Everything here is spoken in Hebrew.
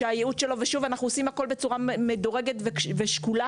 אנחנו עושים את הכל בצורה מדורגת ושקולה,